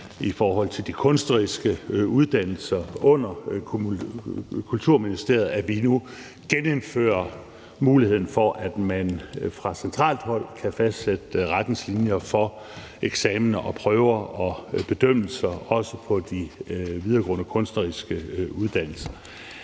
i forhold til de kunstneriske uddannelser under Kulturmnisteriet det, at man nu genindfører muligheden for, at man også fra centralt hold kan fastsætte retningslinjer for eksamener og prøver og bedømmelser, altså også på de videregåede kunstneriske uddannelser.